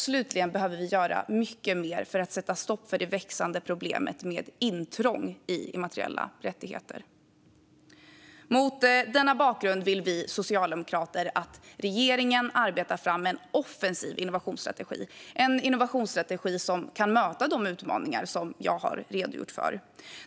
Slutligen behöver vi göra mycket mer för att sätta stopp för det växande problemet med intrång i immateriella rättigheter. Mot denna bakgrund vill vi socialdemokrater att regeringen arbetar fram en offensiv innovationsstrategi, som kan möta de utmaningar jag har redogjort för.